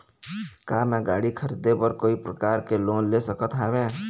का मैं गाड़ी खरीदे बर कोई प्रकार के लोन ले सकत हावे?